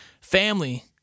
family